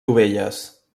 dovelles